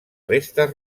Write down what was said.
restes